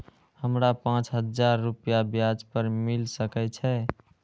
हमरा पाँच हजार रुपया ब्याज पर मिल सके छे?